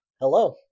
hello